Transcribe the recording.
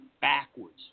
backwards